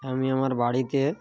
আমি আমার বাড়িতে